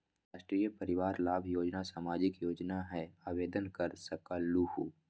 राष्ट्रीय परिवार लाभ योजना सामाजिक योजना है आवेदन कर सकलहु?